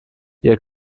ihr